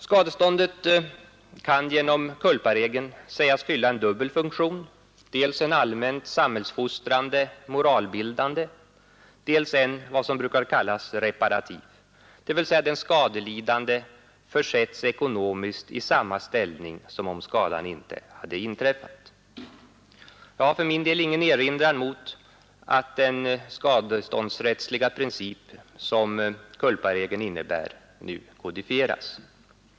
Skadeståndet kan genom culparegeln sägas fylla en dubbel funktion: dels en allmänt samhälsfostrande, moralbildande, dels en vad som brukar kallas reparativ, dvs. den skadelidande försätts ekonomiskt i samma ställning som om skadan inte inträffat. Jag har för min del ingen erinran mot att den skadeståndsrättsliga princip som culparegeln innebär nu kodifieras.